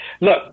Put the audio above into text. Look